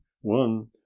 one